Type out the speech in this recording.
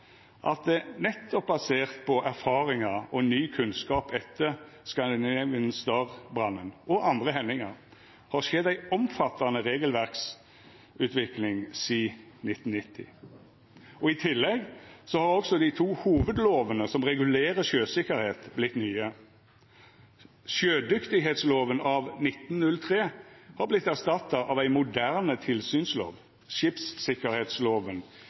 at det, nettopp basert på erfaringar og ny kunnskap etter «Scandinavian Star»-brannen og andre hendingar, har skjedd ei omfattande regelverksutvikling sidan 1990. I tillegg har også dei to hovudlovane som regulerer sjøsikkerheit, vorte nye. Sjødyktigheitsloven av 1903 har vorte erstatta av ein moderne tilsynslov,